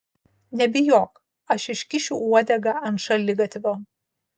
nebijok aš iškišiu uodegą ant šaligatvio